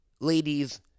Ladies